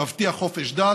תבטיח חופש דת,